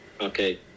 okay